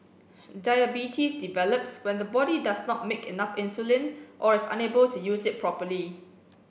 diabetes develops when the body does not make enough insulin or is unable to use it properly